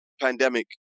pandemic